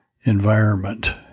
environment